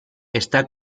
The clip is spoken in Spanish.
está